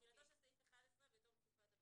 תחילתו של סעיף 11 בתום תקופת הביניים.